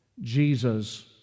Jesus